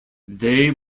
they